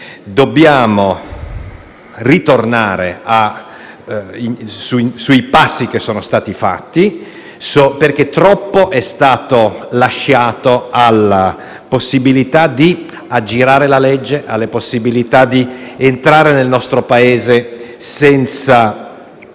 dobbiamo ritornare sui passi che sono stati fatti, perché troppo è stato lasciato alla possibilità di aggirare la legge e alla possibilità di entrare nel nostro Paese senza